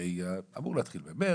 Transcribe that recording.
הרי אמור להתחיל לדבר,